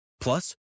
Plus